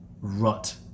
rut